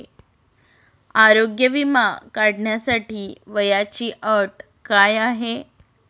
आरोग्य विमा काढण्यासाठी वयाची अट काय आहे?